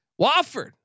Wofford